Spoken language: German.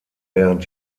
während